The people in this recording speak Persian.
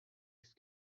است